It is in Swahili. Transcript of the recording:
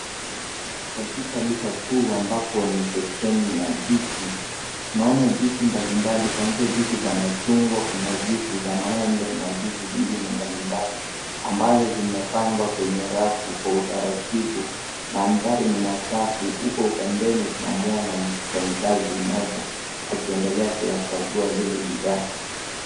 Katika duka kuu ambapo ni seksheni ya juisi. Tunaona juisi mbali mbali kuanzia juisi za machungwa, kuna juisi za maembe, na juisi zingne mbali mbali, ambazo zimepangwa kwenye rafu kwa utaratibu. Mandhari ni masafi, huku pembeni tunamuona mfanyikazi mmoja akiendelea kuyakagua zile bidhaa.